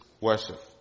worship